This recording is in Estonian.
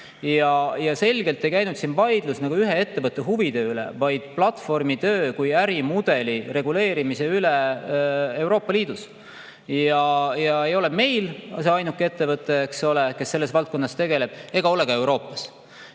Selgelt ei käinud vaidlus ühe ettevõtte huvide üle, vaid platvormitöö kui ärimudeli reguleerimise üle Euroopa Liidus. Ja ei ole meil Bolt ainuke ettevõte, kes selles valdkonnas tegutseb, ega ole ka Euroopas.